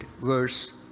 verse